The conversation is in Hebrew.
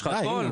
יש לך הכול?